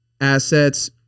assets